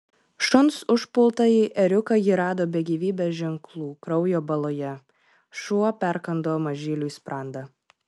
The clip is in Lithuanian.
šuns užpultąjį ėriuką ji rado be gyvybės ženklų kraujo baloje šuo perkando mažyliui sprandą